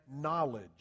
knowledge